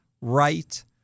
right